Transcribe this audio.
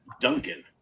duncan